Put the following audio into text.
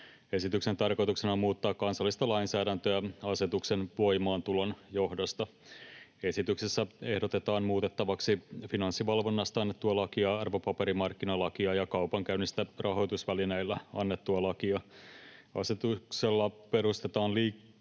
Esityksen tarkoituksena on muuttaa kansallista lainsäädäntöä asetuksen voimaantulon johdosta. Esityksessä ehdotetaan muutettavaksi Finanssivalvonnasta annettua lakia, arvopaperimarkkinalakia ja kaupankäynnistä rahoitusvälineillä annettua lakia. Asetuksella perustetaan